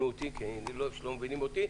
אותי כי אני לא אוהב שלא מבינים אותי,